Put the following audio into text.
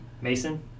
Mason